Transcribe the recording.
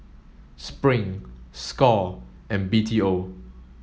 Spring Score and B T O